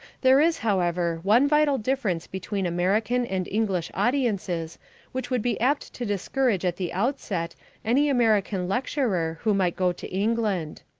there is, however, one vital difference between american and english audiences which would be apt to discourage at the outset any american lecturer who might go to england.